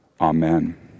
Amen